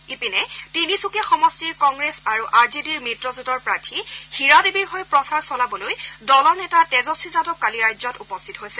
ইপিনে তিনিচুকীয়া সমষ্টিৰ Congress R J D মিত্ৰজোঁটৰ প্ৰাৰ্থী হীৰা দেৱীৰ হৈ প্ৰচাৰ চলাবলৈ দলৰ নেতা তেজস্বী যাদব কালি ৰাজ্যত উপস্থিত হৈছে